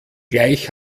gleich